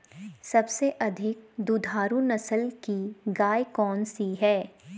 सबसे अधिक दुधारू नस्ल की गाय कौन सी है?